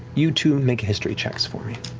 you two make history checks for me.